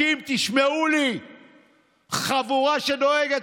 מה קורה למפלגה